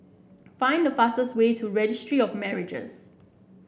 find the fastest way to Registry of Marriages